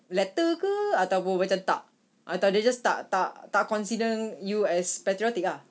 letter ke atau pun macam tak atau they just tak tak tak consider you as patriotic ah